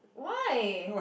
why